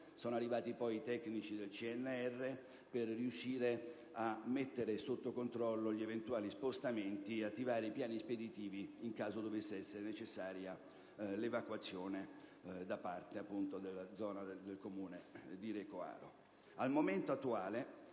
Sono arrivati poi i tecnici del CNR per riuscire a mettere sotto controllo gli eventuali spostamenti e attivare piani spedìtivi nel caso in cui dovesse essere necessaria l'evacuazione nella zona del comune di Recoaro.